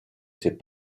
ses